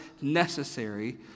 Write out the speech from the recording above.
necessary